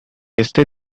este